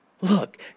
Look